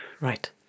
right